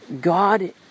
God